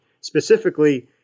specifically